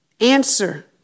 answer